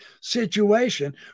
situation